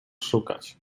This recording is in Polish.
szukać